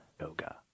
Yoga